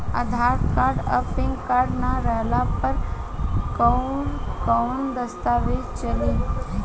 आधार card आ PAN card ना रहला पर अउरकवन दस्तावेज चली?